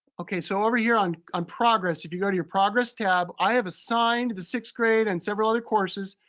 okay, so over here on on progress, if you go to your progress tab, i have assigned the sixth grade and several other courses.